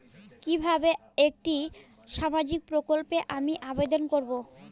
কিভাবে একটি সামাজিক প্রকল্পে আমি আবেদন করব?